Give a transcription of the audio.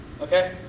Okay